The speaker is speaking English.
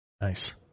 Nice